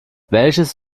welches